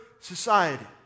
society